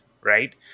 Right